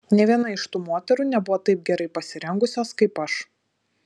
nė viena iš tų moterų nebuvo taip gerai pasirengusios kaip aš